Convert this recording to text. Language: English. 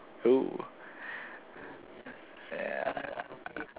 oo